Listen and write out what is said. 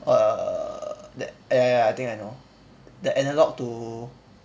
err that ya ya I think I know the analogue to